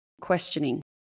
questioning